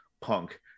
punk